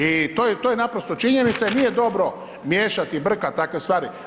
I to je naprosto činjenica i nije dobro miješati i brkati takve stvari.